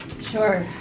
Sure